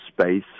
space